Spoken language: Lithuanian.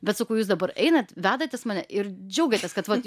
bet sakau jūs dabar einat vedatės mane ir džiaugiatės kad va